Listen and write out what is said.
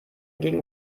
gegen